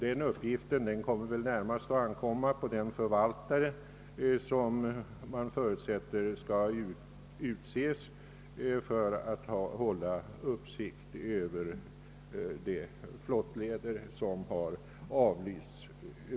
Den uppgiften kommer väl närmast att ankomma på den förvaltare som man förutsätter skall utses för att hålla uppsikt över de flottleder som har avlysts.